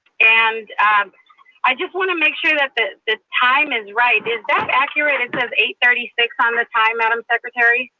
and i just want to make sure that the the time is right, is that accurate? it says eight thirty six on the time, madam secretary?